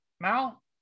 Mal